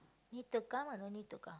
need to come or no need to come